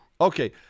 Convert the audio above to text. Okay